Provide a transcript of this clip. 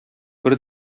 бер